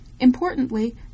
Importantly